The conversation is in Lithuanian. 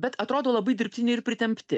bet atrodo labai dirbtini ir pritempti